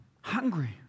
Hungry